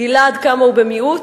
גילה עד כמה הוא במיעוט,